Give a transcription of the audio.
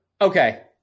Okay